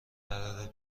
قراره